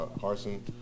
Harson